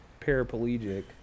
paraplegic